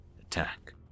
attack